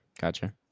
gotcha